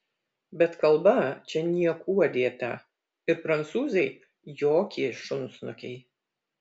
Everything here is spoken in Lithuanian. bet kalba čia niekuo dėta ir prancūzai jokie šunsnukiai